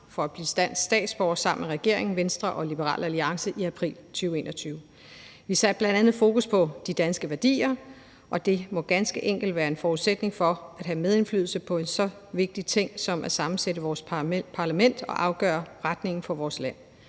for at blive dansk statsborger sammen regeringen, Venstre og Liberal Alliance i april 2021. Vi satte bl.a. fokus på de danske værdier, og det må ganske enkelt være en forudsætning for at have medindflydelse på en så vigtig ting som at sammensætte vores parlament og afgøre retningen for vores land.